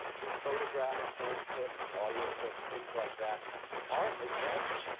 where photographs, film clips, audio clips, things like that aren't as rampant.